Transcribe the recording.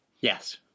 Yes